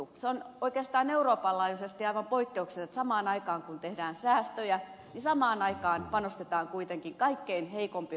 se on oikeastaan euroopan laajuisesti aivan poikkeuksellista että samaan aikaan kun tehdään säästöjä panostetaan kuitenkin kaikkein heikko osaisimpien ihmisten perusturvaan